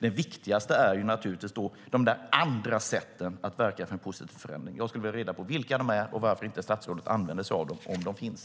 Den viktigaste frågan handlar naturligtvis om de där andra sätten att verka för en positiv förändring. Jag skulle vilja ha reda på vilka de är och varför inte statsrådet använder sig av dem om de finns.